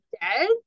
dead